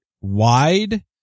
wide